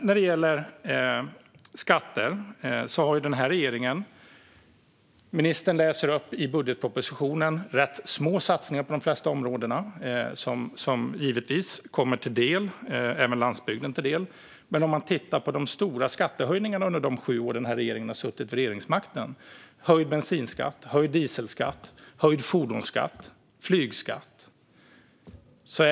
När det gäller skatter läser ministern upp från budgetpropositionen rätt små satsningar på de flesta områden som givetvis även kommer landsbygden till del. Men det har gjorts stora skattehöjningar under de sju år som den här regeringen har suttit vid regeringsmakten: höjd bensinskatt, höjd dieselskatt, höjd fordonskatt och flygskatt.